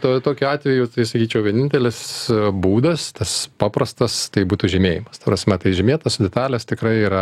to tokiu atveju tai sakyčiau vienintelis būdas tas paprastas tai būtų žymėjimas ta prasme tai žymėtos detalės tikrai yra